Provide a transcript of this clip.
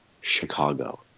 Chicago